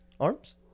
arms